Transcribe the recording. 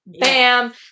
Bam